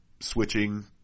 switching